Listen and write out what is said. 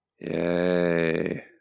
Yay